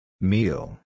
Meal